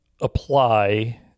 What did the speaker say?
apply